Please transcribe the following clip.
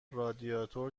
رادیاتور